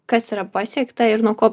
kas yra pasiekta ir nuo ko